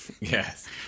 Yes